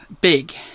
Big